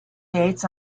dates